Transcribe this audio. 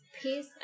peace